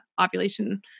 ovulation